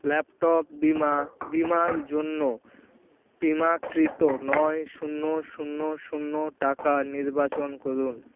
laptop বিমা বিমার জন্য বিমাকৃত নয় শূন্য শূন্য শূন্য টাকা নির্বাচন করুন